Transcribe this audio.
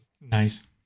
nice